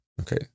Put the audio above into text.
Okay